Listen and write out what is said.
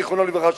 זיכרונו לברכה,